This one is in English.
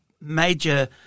major